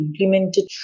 implemented